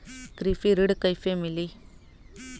कृषि ऋण कैसे मिली?